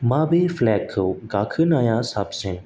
माबे फ्लेगखौ गाखोनाया साबसिन